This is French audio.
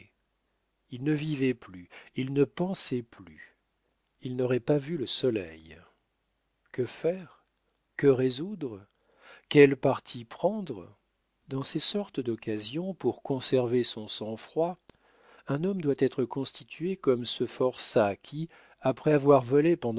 il ne vivait plus il ne pensait plus il n'aurait pas vu le soleil que faire que résoudre quel parti prendre dans ces sortes d'occasions pour conserver son sang-froid un homme doit être constitué comme ce forçat qui après avoir volé